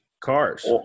cars